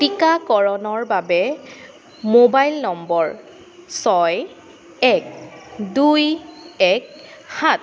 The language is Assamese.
টীকাকৰণৰ বাবে মোবাইল নম্বৰ ছয় এক দুই এক সাত